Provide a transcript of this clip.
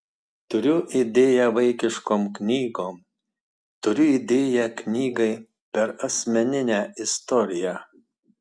turiu idėją vaikiškom knygom turiu idėją knygai per asmeninę istoriją